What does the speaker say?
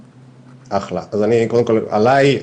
אחלה, אז קודם כל אספר עליי.